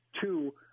Two